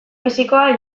fisikoa